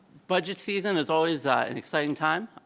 budget season is always an exciting time.